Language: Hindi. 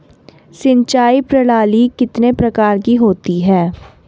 सिंचाई प्रणाली कितने प्रकार की होती है?